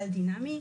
הוא דינמי,